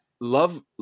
love